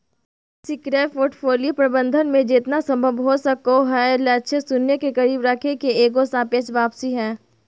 निष्क्रिय पोर्टफोलियो प्रबंधन मे जेतना संभव हो सको हय लक्ष्य शून्य के करीब रखे के एगो सापेक्ष वापसी हय